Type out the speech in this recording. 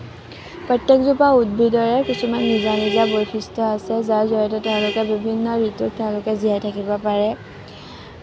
প্ৰত্যেকজোপা উদ্ভিদৰে কিছুমান নিজা নিজা বৈশিষ্ট্য আছে যাৰ জড়িয়তে তেওঁলোকে বিভিন্ন ঋতুত তেওঁলোকে জীয়াই থাকিব পাৰে